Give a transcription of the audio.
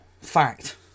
Fact